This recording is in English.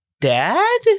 dad